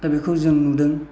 दा बेखौ जों नुदों